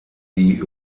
die